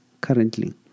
currently